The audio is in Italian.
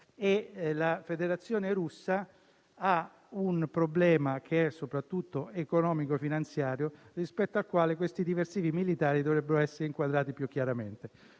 La Federazione russa ha un problema, che è soprattutto economico finanziario, rispetto al quale i diversivi militari dovrebbero essere inquadrati più chiaramente.